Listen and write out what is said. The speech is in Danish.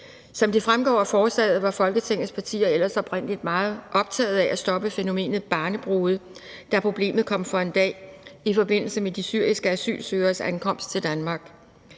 Som det fremgår af forslaget, var Folketingets partier ellers oprindelig meget optaget af at stoppe fænomenet barnebrude, da problemet kom for en dag i forbindelse med de syriske asylsøgeres ankomst til Danmark.